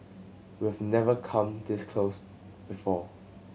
we've never come disclose before